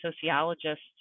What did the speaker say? sociologists